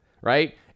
right